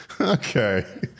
Okay